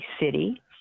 city